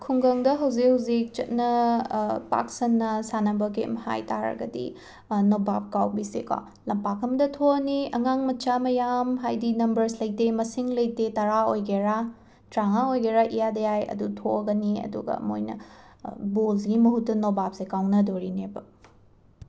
ꯈꯨꯡꯒꯪꯗ ꯍꯧꯖꯤꯛ ꯍꯧꯖꯤꯛ ꯆꯠꯅ ꯄꯥꯛꯁꯟꯅ ꯁꯥꯟꯅꯕ ꯒꯦꯝ ꯍꯥꯏ ꯇꯥꯔꯒꯗꯤ ꯅꯣꯕꯥꯞ ꯀꯥꯎꯕꯤꯁꯦꯀꯣ ꯂꯝꯄꯥꯛ ꯑꯝꯗ ꯊꯣꯑꯅꯤ ꯑꯉꯥꯡ ꯃꯆꯥ ꯃꯌꯥꯝ ꯍꯥꯏꯗꯤ ꯅꯝꯕꯔꯁ ꯂꯩꯇꯦ ꯃꯁꯤꯡ ꯂꯩꯇꯦ ꯇꯔꯥ ꯑꯣꯏꯒꯦꯔꯥ ꯇ꯭ꯔꯥꯉꯥ ꯑꯣꯏꯒꯦꯔꯥ ꯏꯌꯥꯗ ꯌꯥꯏ ꯑꯗꯨ ꯊꯣꯑꯒꯅꯤ ꯑꯗꯨꯒ ꯃꯣꯏꯅ ꯕꯣꯜꯁꯤꯒꯤ ꯃꯍꯨꯠꯇ ꯅꯣꯕꯥꯞꯁꯦ ꯀꯥꯎꯅꯗꯣꯔꯤꯅꯦꯕ